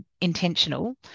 intentional